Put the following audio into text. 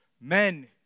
Men